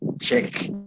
check